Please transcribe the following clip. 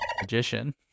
magician